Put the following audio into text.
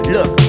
Look